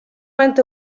went